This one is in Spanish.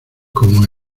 como